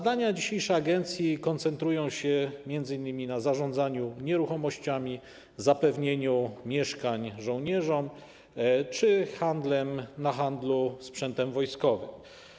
Dzisiejsze zadania agencji koncentrują się m.in. na zarządzaniu nieruchomościami, zapewnieniu mieszkań żołnierzom czy na handlu sprzętem wojskowym.